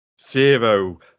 Zero